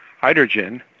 hydrogen